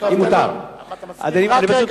אתה מסכים?